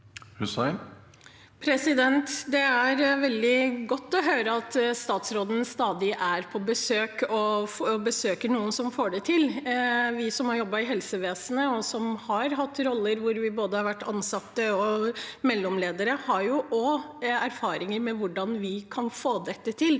Det er veldig godt å høre at statsråden stadig er på besøk hos noen som får det til. Vi som har jobbet i helsevesenet, og som har hatt roller hvor vi har vært både ansatte og mellomledere, har jo òg erfaringer med hvordan vi kan få dette til.